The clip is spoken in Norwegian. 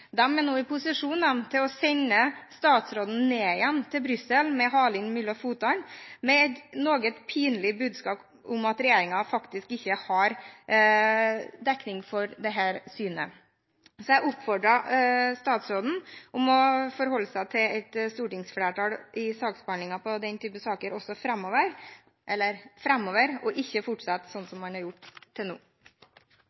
nå i posisjon til å sende statsråden ned igjen til Brussel med halen mellom beina med et noget pinlig budskap om at regjeringen faktisk ikke har dekning for dette synet. Jeg oppfordrer statsråden til å forholde seg til et stortingsflertall i behandlingen av den typen saker framover, og ikke fortsette sånn